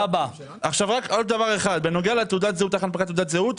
בנוגע לתאריך הנפקת תעודת זהות.